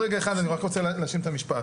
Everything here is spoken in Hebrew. רק רגע אחד אני רק רוצה להשלים את המשפט,